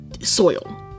soil